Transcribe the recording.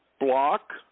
block